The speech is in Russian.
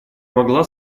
могла